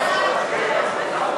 התשע"ו 2015,